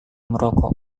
merokok